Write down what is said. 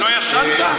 לא ישנת?